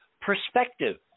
perspective